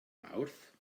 mawrth